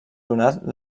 donat